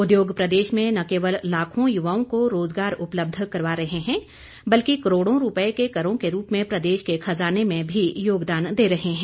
उद्योग प्रदेश में न केवल लारवों युवाओं को रोज़गार उपलब्ध करवा रहे हैं बल्कि करोड़ों रूपये के करों के रूप में प्रदेश के खजाने में भी योगदान दे रहे हैं